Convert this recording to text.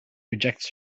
rejects